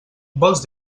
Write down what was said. vols